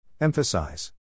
Emphasize